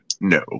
No